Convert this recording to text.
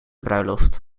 bruiloft